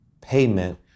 payment